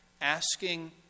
Asking